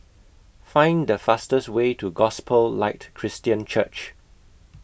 Find The fastest Way to Gospel Light Christian Church